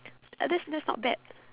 uh that's that's not bad